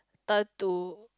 turn to